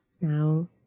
now